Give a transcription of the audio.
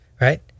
right